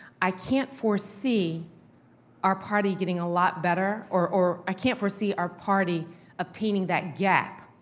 i can't foresee our party getting a lot better. or or i can't foresee our party obtaining that gap